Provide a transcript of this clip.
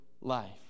life